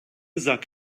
sack